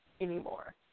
anymore